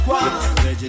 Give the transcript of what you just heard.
one